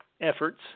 efforts